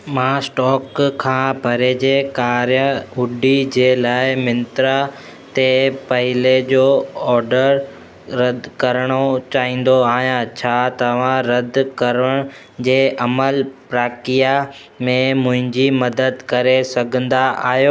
मां स्टॉक खां परे जे कार्य हुडी जे लाइ मिंत्रा ते पहिले जो ऑडर रदि करिणो चाहींदो आहियां छा तव्हां रदि करण जे अमल प्राकिया में मुंहिंजी मदद करे सघंदा आहियो